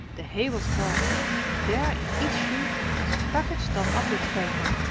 the hay was gone and there in each shoe was a package done up in paper!